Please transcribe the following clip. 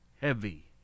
Heavy